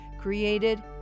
created